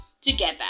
together